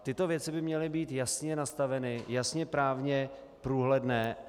Tyto věci by měly být jasně nastaveny, jasně právně průhledné.